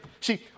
See